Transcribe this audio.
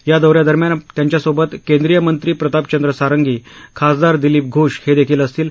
या दौ यादरम्यान त्यांच्यासोबत केंद्रीय मंत्री प्रताप चंद्र सारंगी खासदार दिलीप घोष हेदेखील असतील